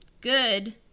good